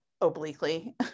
obliquely